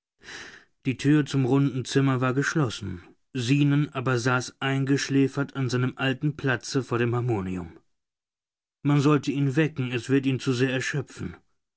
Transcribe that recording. die tür zum runden zimmer war geschlossen zenon aber saß eingeschläfert an seinem alten platze vor dem harmonium man sollte ihn wecken es wird ihn zu sehr erschöpfen